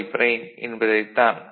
y' என்பதைத் தான்